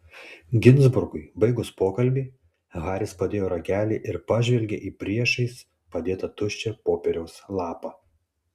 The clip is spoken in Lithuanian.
ginzburgui baigus pokalbį haris padėjo ragelį ir pažvelgė į priešais padėtą tuščią popieriaus lapą